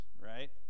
right